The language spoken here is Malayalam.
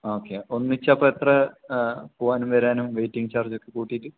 ഓക്കേ ഒന്നിച്ച് അപ്പം എത്ര പോവാനും വരാനും വെയ്റ്റിംഗ് ചാർജ് ഒക്കെ കൂട്ടിട്ട്